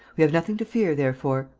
we have nothing to fear, therefore.